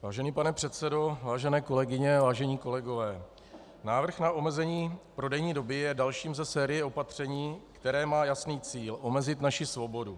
Vážený pane předsedo, vážené kolegyně, vážení kolegové, návrh na omezení prodejní doby je dalším ze série opatření, které má jasný cíl omezit naši svobodu.